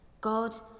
God